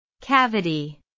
Cavity